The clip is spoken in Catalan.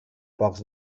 pocs